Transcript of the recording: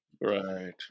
Right